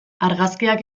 argazkiak